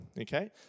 okay